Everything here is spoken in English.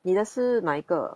你的是哪一个